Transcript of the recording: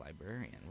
librarian